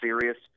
serious